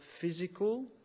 physical